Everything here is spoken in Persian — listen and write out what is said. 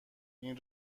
این